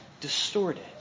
distorted